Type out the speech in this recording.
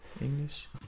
English